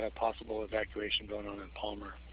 ah possible evacuation going on in palmer.